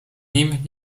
nim